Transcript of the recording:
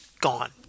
gone